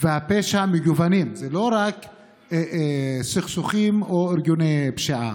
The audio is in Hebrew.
והפשע מגוונים, לא רק סכסוכים או ארגוני פשיעה,